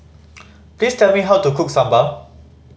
please tell me how to cook Sambar